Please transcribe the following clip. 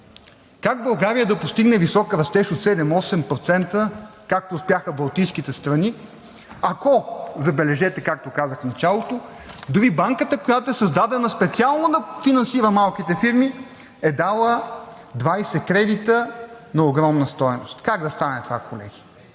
как България успя да постигне висок растеж от 7 – 8%, както успяха балтийските страни, забележете, както казах в началото, ако дори банката, която е създадена специално да финансира малките фирми, е дала 20 кредита за огромна стойност? Как да стане това, колеги?